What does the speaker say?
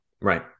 Right